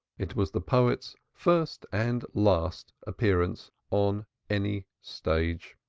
it was the poet's first and last appearance on any stage.